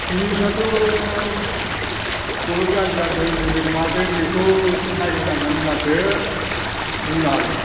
जिनिसाथ' बबे गाज्रि जादों बबे मादों बेखौ नायग्रोनांगोन होनब्लासो बुंनो हागोन